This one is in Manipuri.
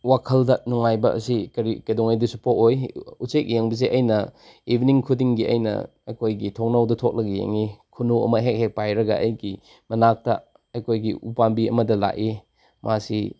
ꯋꯥꯈꯜꯗ ꯅꯨꯡꯉꯥꯏꯕ ꯑꯁꯤ ꯀꯔꯤ ꯀꯩꯗꯧꯉꯩꯗꯁꯨ ꯄꯣꯛꯑꯣꯏ ꯎꯆꯦꯛ ꯌꯦꯡꯕꯁꯦ ꯑꯩꯅ ꯏꯕꯤꯅꯤꯡ ꯈꯨꯗꯤꯡꯒꯤ ꯑꯩꯅ ꯑꯩꯈꯣꯏꯒꯤ ꯊꯣꯡꯅꯥꯎꯗ ꯊꯣꯛꯂꯒ ꯌꯦꯡꯉꯤ ꯈꯨꯅꯨ ꯑꯃ ꯍꯦꯛ ꯍꯦꯛ ꯄꯥꯏꯔꯒ ꯑꯩꯒꯤ ꯃꯅꯥꯛꯇ ꯑꯩꯈꯣꯏꯒꯤ ꯎꯄꯥꯝꯕꯤ ꯑꯃꯗ ꯂꯥꯛꯏ ꯃꯥꯁꯤ